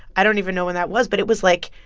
i don't even know when that was, but it was, like,